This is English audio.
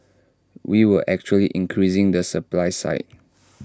we were actually increasing the supply side